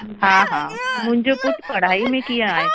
हा हा मुंहिंजो पुटु पढ़ाई में कीअं आहे